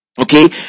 Okay